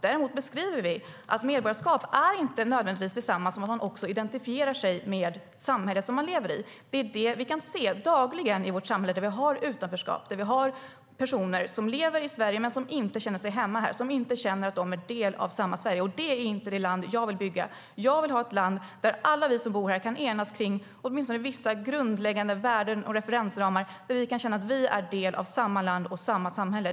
Däremot beskriver vi att medborgarskap inte nödvändigtvis är detsamma som att man identifierar sig med det samhälle som man lever i. Det är det vi kan se dagligen i det samhälle där vi har utanförskap och personer som lever i Sverige men som inte känner sig hemma här. De känner inte att de är en del av samma Sverige.Det är inte det land jag vill bygga. Jag vill ha ett land där alla vi som bor här kan enas om åtminstone vissa grundläggande värden och referensramar och där vi kan känna att vi är en del av samma land och samma samhälle.